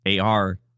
AR